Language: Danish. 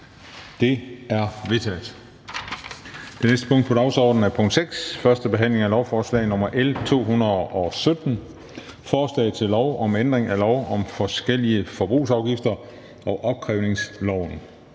Det er vedtaget. --- Det næste punkt på dagsordenen er: 6) 1. behandling af lovforslag nr. L 217: Forslag til lov om ændring af lov om forskellige forbrugsafgifter og opkrævningsloven.